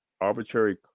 arbitrary